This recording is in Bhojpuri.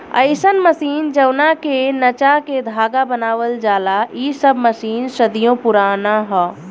अईसन मशीन जवना के नचा के धागा बनावल जाला इ सब मशीन सदियों पुराना ह